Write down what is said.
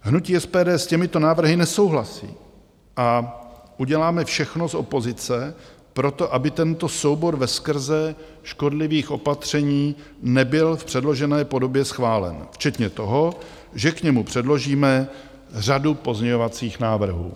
Hnutí SPD s těmito návrhy nesouhlasí a uděláme všechno z opozice pro to, aby tento soubor veskrze škodlivých opatření nebyl v předložené podobě schválen, včetně toho, že k němu předložíme řadu pozměňovacích návrhů.